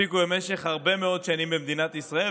שהספיקו במשך הרבה מאוד שנים במדינת ישראל,